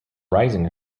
rising